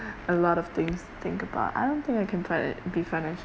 a lot of things to think about I don't think I can finan~ be financially